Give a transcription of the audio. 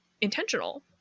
intentional